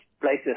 places